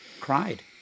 cried